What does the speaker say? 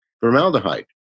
formaldehyde